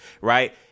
Right